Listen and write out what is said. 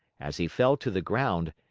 as he fell to the ground,